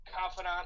confidant